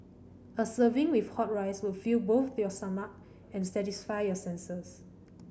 a serving with hot rice would both fill your stomach and satisfy your senses